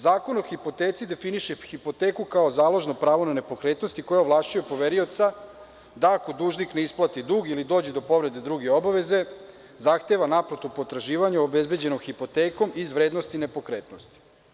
Zakon o hipoteci definiše hipoteku, kao založno pravo na nepokretnosti koja ovlašćuje poverioca da ako dužnik ne isplati dug ili dođe do povrede druge obaveze, zahteva naplatu potraživanja obezbeđeno hipotekom iz vrednosti nepokretnosti.